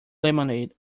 lemonade